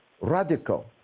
radical